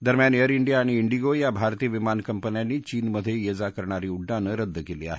दरम्यान Air India आणि IndiGo या भारतीय विमान कंपन्यांनी चीनमध्येये जा करणारी उड्डाणं रद्द केली आहेत